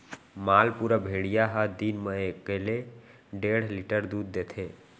मालपुरा भेड़िया ह दिन म एकले डेढ़ लीटर दूद देथे